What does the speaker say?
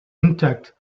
intact